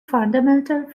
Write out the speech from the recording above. fundamental